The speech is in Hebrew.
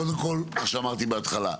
קודם כל מה שאמרתי בהתחלה,